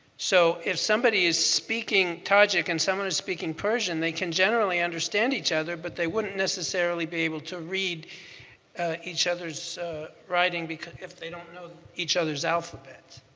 so if somebody is speaking tajik and someone is speaking persian, they can generally understand each other but they wouldn't necessarily be able to read each other's writing if they don't know each other's alphabet.